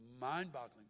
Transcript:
mind-boggling